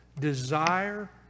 desire